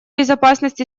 безопасность